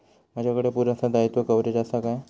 माजाकडे पुरासा दाईत्वा कव्हारेज असा काय?